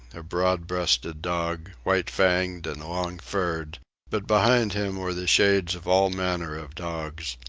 a broad-breasted dog, white-fanged and long-furred but behind him were the shades of all manner of dogs,